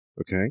Okay